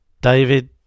David